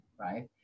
right